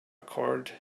card